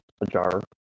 ajar